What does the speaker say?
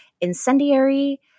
Incendiary